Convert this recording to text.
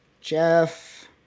Jeff